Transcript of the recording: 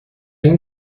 این